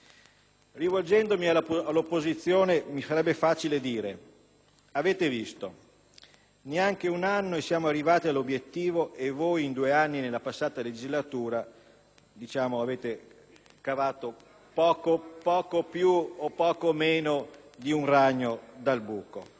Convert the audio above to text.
Rivolgendomi all'opposizione mi sarebbe facile sottolineare che, dopo neanche un anno, siamo arrivati all'obiettivo, mentre loro in due anni, nella passata legislatura, non hanno cavato poco più o poco meno di un ragno dal buco.